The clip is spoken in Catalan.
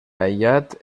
aïllat